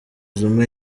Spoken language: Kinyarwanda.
zuma